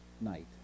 night